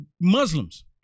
Muslims